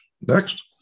Next